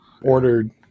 ordered